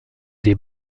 des